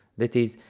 that is,